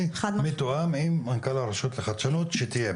מתואם עם מנכ"ל הרשות לחדשנות שתהיה,